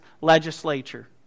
legislature